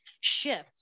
shift